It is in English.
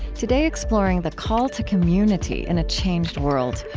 today, exploring the call to community in a changed world,